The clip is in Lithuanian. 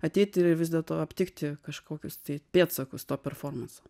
ateiti ir vis dėlto aptikti kažkokius pėdsakus to performanso